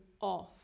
off